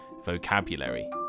vocabulary